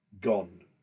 gone